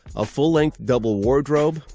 a full-length double wardrobe,